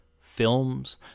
films